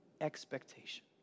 expectation